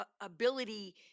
ability